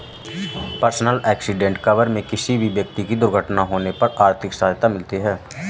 personal accident cover में किसी भी व्यक्ति की दुर्घटना होने पर आर्थिक सहायता मिलती है